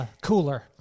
cooler